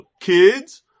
Kids